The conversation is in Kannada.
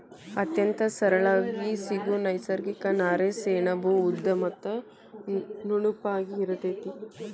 ಅತ್ಯಂತ ಸರಳಾಗಿ ಸಿಗು ನೈಸರ್ಗಿಕ ನಾರೇ ಸೆಣಬು ಉದ್ದ ಮತ್ತ ನುಣುಪಾಗಿ ಇರತತಿ